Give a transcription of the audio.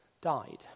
died